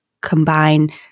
combine